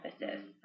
emphasis